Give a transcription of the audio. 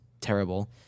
terrible